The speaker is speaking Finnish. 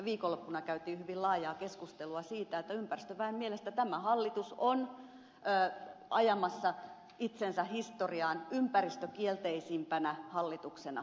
viikonloppuna käytiin hyvin laajaa keskustelua siitä että ympäristöväen mielestä tämä hallitus on ajamassa itsensä historiaan ympäristökielteisimpänä hallituksena